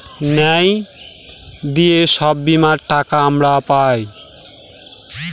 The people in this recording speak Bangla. ন্যায় দিয়ে সব বীমার টাকা আমরা পায়